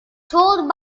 told